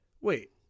wait